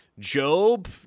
Job